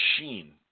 machine